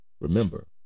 remember